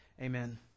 amen